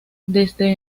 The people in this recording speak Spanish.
desde